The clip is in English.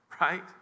Right